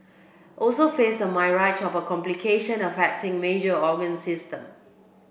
also face a myriad of complication affecting major organ system